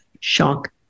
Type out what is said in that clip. shock